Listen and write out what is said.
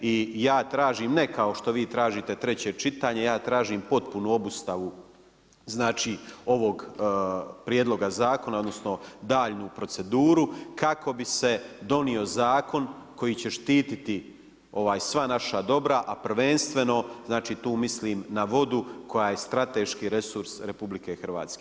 I ja tražim, ne kao što vi tražite treće čitanje, ja tražim potpunu obustavu ovog prijedloga zakona odnosno daljnju proceduru kako bi se donio zakon koji će štititi sva naša dobra, a prvenstveno tu mislim na vodu koja je strateški resurs RH.